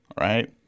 Right